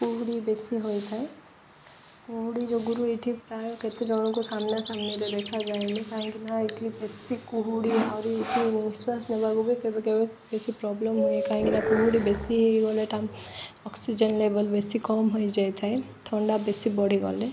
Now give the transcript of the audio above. କୁହୁଡ଼ି ବେଶୀ ହୋଇଥାଏ କୁହୁଡ଼ି ଯୋଗୁଁ ଏଠି ପ୍ରାୟ କେତେ ଜଣଙ୍କୁ ସାମ୍ନାସାମ୍ନିରେ ଦେଖାଯାଏନି କାହିଁକି ନା ଏଠି ବେଶି କୁହୁଡ଼ି ଆହୁରି ଏଠି ନିଶ୍ୱାସ ନେବାକୁ ବି କେବେ କେବେ ବେଶୀ ପ୍ରୋବ୍ଲେମ୍ ହୁଏ କାହିଁକି ନା କୁହୁଡ଼ି ବେଶୀ ହେଇଗଲେ ଅକ୍ସିଜେନ୍ ଲେବଲ୍ ବେଶୀ କମ୍ ହୋଇଯାଇଥାଏ ଥଣ୍ଡା ବେଶୀ ବଢ଼ିଗଲେ